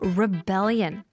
rebellion